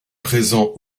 présent